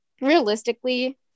realistically